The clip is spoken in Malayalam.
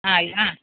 ആയ് ആ